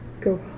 go